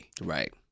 Right